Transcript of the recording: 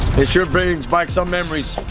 this sure brings back some memories